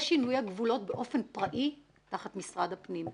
יש שינויי גבולות באופן פראי תחת משרד הפנים.